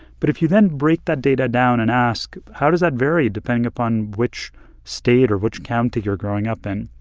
but if you then break that data down and ask, how does that vary depending upon which state or which county you're growing up in?